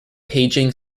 paging